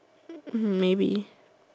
maybe